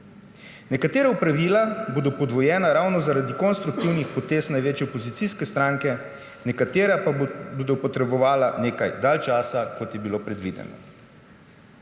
Nekatera opravila bodo podvojena ravno zaradi konstruktivnih potez največje opozicijske stranke, nekatera pa bodo potrebovala nekaj dlje časa kot je bilo predvideno.